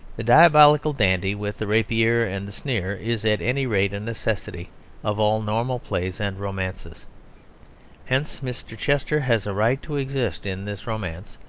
the diabolical dandy with the rapier and the sneer is at any rate a necessity of all normal plays and romances hence mr. chester has a right to exist in this romance,